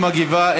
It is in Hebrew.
היא מגיבה,